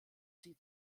sie